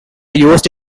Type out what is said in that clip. used